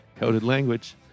language